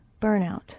burnout